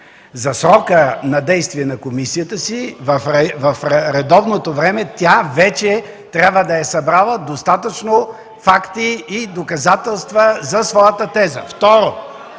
За срока на действие на комисията, в редовното време тя вече трябва да е събрала достатъчно факти и доказателства за своята теза.